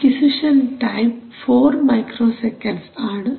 acquisition time 4 microseconds ആണ്